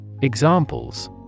Examples